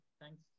thanks